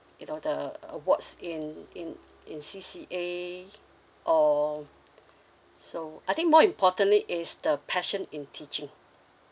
you know the awards in in in C_C_A or so I think more importantly is the passion in teaching